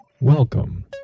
Welcome